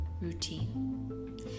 routine